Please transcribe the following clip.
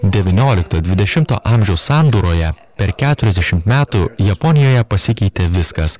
devyniolikto dvidešimto amžiaus sandūroje per keturiasdešimt metų japonijoje pasikeitė viskas